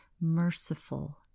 merciful